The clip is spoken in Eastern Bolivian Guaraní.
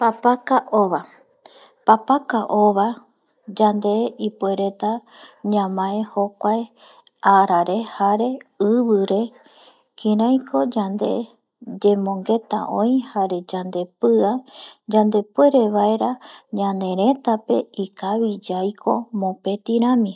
Papaka ova, papaka ova yande ipuereta ñamae jokuae arare jare ɨvɨre kiraiko yande yemongueta öi jare yandepɨa yande puere vaera ñanerëtape ikavi yaiko mopeti rami